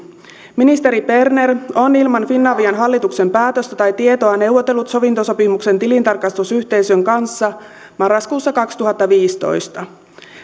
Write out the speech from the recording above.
ministeri berner on ilman finavian hallituksen päätöstä tai tietoa neuvotellut sovintosopimuksen tilintarkastusyhteisön kanssa marraskuussa kaksituhattaviisitoista